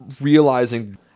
realizing